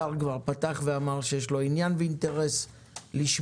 השר כבר פתח ואמר שיש לו עניין ואינטרס לשמור